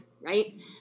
right